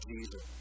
Jesus